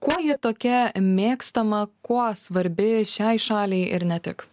kuo ji tokia mėgstama kuo svarbi šiai šaliai ir ne tik